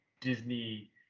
Disney